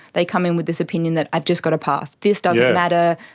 they come in with this opinion that i've just got to pass. this doesn't matter,